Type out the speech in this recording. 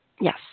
Yes